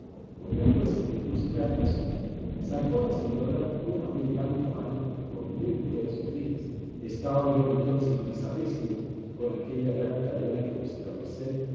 de verla y para acrecentarle más o ya fuese de industria acaso sacó la señora una muy blanca mano con muy buenas sortijas estaba yo entonces bizarrísimo con aquella gran cadena que